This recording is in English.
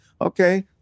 Okay